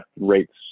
rates